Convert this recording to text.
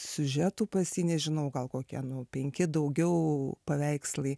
siužetų pas jį nežinau gal kokie nu penki daugiau paveikslai